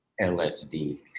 lsd